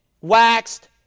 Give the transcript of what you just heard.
waxed